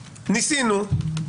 ניסינו,